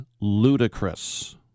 ludicrous